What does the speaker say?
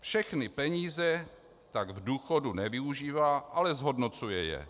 Všechny peníze tak k důchodu nevyužívá, ale zhodnocuje je.